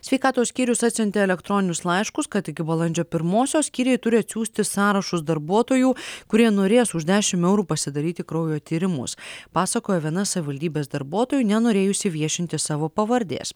sveikatos skyrius atsiuntė elektroninius laiškus kad iki balandžio pirmosios skyriai turi atsiųsti sąrašus darbuotojų kurie norės už dešim eurų pasidaryti kraujo tyrimus pasakojo viena savivaldybės darbuotojų nenorėjusi viešinti savo pavardės